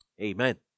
Amen